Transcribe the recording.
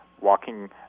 walking